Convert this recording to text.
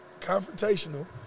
confrontational